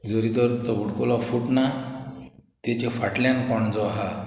जोरी तोर तो बुडकुलो फुटना तेच्या फाटल्यान कोण जो आहा